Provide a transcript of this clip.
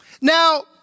Now